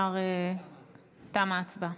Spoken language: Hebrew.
תמה ההצבעה.